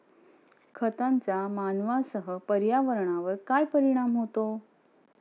खतांचा मानवांसह पर्यावरणावर काय परिणाम होतो?